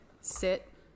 sit